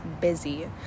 busy